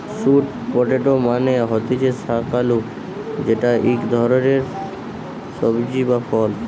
sweet potato মানে হতিছে শাক আলু যেটা ইক ধরণের সবজি বা ফল